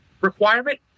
requirement